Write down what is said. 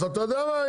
אז אתה יודע מה?